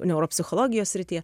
neuropsichologijos srityje